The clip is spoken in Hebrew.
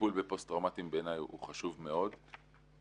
הטיפול בפוסט-טראומתיים הוא חשוב מאוד, בעיניי.